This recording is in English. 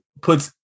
puts